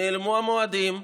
נעלמו המועדים.